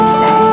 say